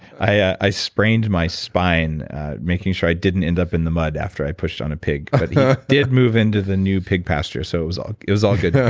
i i sprained my spine making sure i didn't end up in the mud after i pushed on a pig but he did move into the new pig pasture so it was it was all good